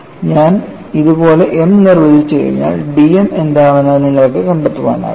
ഞാൻ ഇതുപോലെ m നിർവചിച്ചുകഴിഞ്ഞാൽ dm എന്താണെന്ന് നിങ്ങൾക്ക് കണ്ടെത്താനാകും